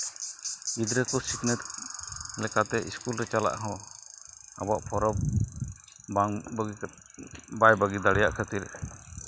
ᱜᱤᱫᱽᱨᱟᱹ ᱠᱚ ᱥᱤᱠᱷᱱᱟᱹᱛ ᱞᱮᱠᱟᱛᱮ ᱤᱥᱠᱩᱞ ᱨᱮ ᱪᱟᱞᱟᱜ ᱦᱚᱸ ᱟᱵᱚᱣᱟᱜ ᱯᱚᱨᱚᱵᱽ ᱵᱟᱝ ᱵᱟᱹᱜᱤ ᱠᱟᱛᱮᱫ ᱵᱟᱭ ᱵᱟᱹᱜᱤ ᱫᱟᱲᱮᱭᱟᱜ ᱠᱷᱟᱹᱛᱤᱨ